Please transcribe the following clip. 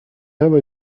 have